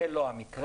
זה לא המקרה,